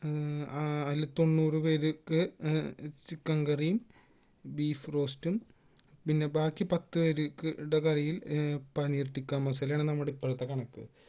അതില് തന്നെ തൊണ്ണൂറു പേർക്ക് ചിക്കൻ കറിയും ബീഫ് റോസ്റ്റും പിന്നെ ബാക്കി പത്ത് പേർക്ക് കറീൽ പനീർ ടിക്ക മസാലയാണ് നമ്മടെ ഇപ്പളത്തെ കണക്ക്